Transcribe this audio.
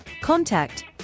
Contact